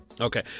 Okay